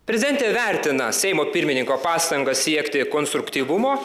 prezidentė vertina seimo pirmininko pastangas siekti konstruktyvumo